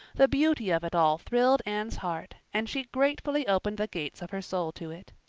the beauty of it all thrilled anne's heart, and she gratefully opened the gates of her soul to it.